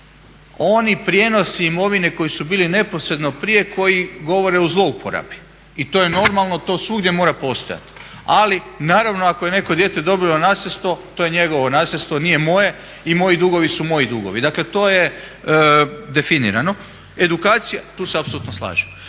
oni prijenosi imovine koji su bili neposredno prije koji govore o zlouporabi. I to je normalno, to svugdje mora postojati, ali naravno ako je neko dijete dobilo nasljedstvo to je njegovo nasljedstvo nije moje i moji dugovi su moji dugovi. Dakle, to je definirano. Tu se apsolutno slažemo.